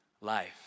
life